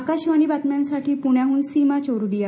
आकाशवाणी बातम्यांसाठी पुण्याहन सीमा चोरडीया